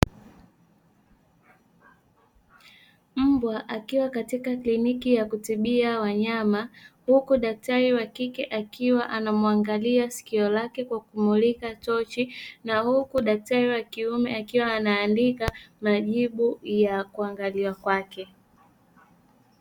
Mbwa akiwa katika kliniki ya kutibia wanyama huku daktari wa kike, akiwa anamuangalia sikio lake kwa kumulika tochi na huku daktari wa kiume akiwa anaandika majibu ya kuangaliwa kwake.